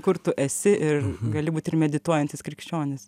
kur tu esi ir gali būt ir medituojantis krikščionis